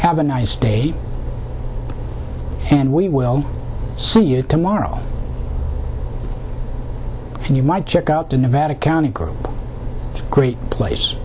have a nice day and we will see you tomorrow and you might check out the nevada county great place